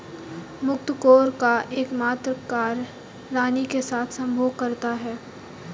मुकत्कोर का एकमात्र कार्य रानी के साथ संभोग करना है